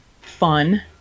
fun